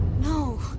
No